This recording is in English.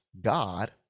God